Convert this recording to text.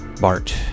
Bart